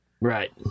Right